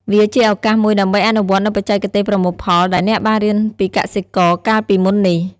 វាជាឱកាសមួយដើម្បីអនុវត្តនូវបច្ចេកទេសប្រមូលផលដែលអ្នកបានរៀនពីកសិករកាលពីមុននេះ។